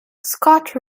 scott